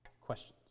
Questions